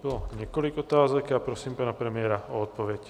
Bylo několik otázek a prosím pana premiéra o odpověď.